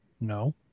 No